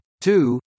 two